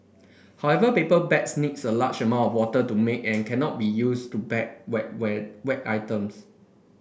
however paper bags needs a large amount of water to make and cannot be used to bag wet wet items